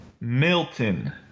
Milton